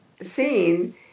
scene